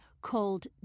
called